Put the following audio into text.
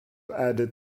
added